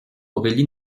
aurélie